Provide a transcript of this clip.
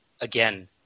again